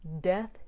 Death